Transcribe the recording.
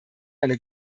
eine